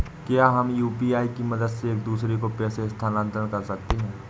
क्या हम यू.पी.आई की मदद से एक दूसरे को पैसे स्थानांतरण कर सकते हैं?